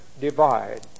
Divide